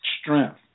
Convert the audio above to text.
Strength